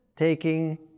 taking